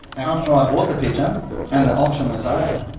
after ah i bought the picture and the auction was over,